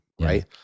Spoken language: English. right